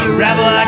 rebel